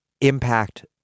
impact